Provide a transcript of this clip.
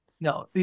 No